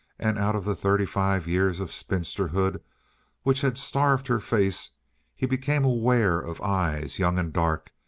and out of the thirty-five years of spinsterhood which had starved her face he became aware of eyes young and dark,